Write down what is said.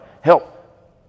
help